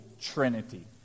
trinity